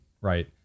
right